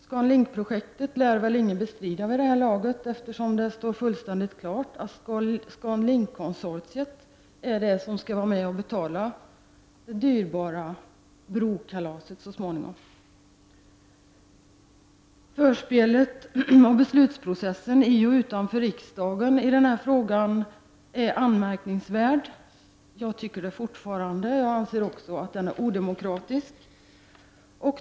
ScanLinkprojektet lär väl ingen bestrida vid det här laget, eftersom det står fullständigt klart att ScanLinkkonsortiet så småningom skall vara med och betala det dyrbara brokalaset. Förspelet av beslutsprocessen i och utanför riksdagen i denna fråga är anmärkningsvärd, det tycker jag fortfarande. Jag anser också att denna beslutsprocess är odemokratisk.